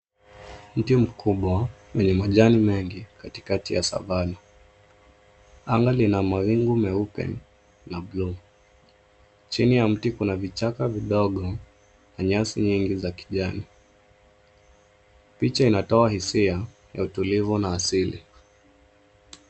Mti mkubwa wenye majani mengi katikati ya Savannah. Anga lina mawingu meupe na ni la buluu. Chini ya mti kuna vichaka vidogo na nyasi nyingi za kijani. Picha inatoa hisia za utulivu na asili.